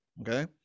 Okay